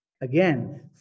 Again